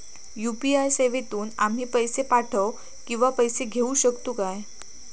UPI सेवेतून आम्ही पैसे पाठव किंवा पैसे घेऊ शकतू काय?